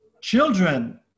children